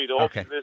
Okay